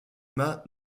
mâts